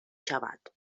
شود